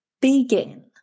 begin